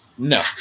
No